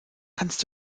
kannst